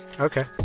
Okay